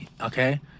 okay